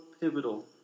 pivotal